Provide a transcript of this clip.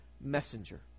messenger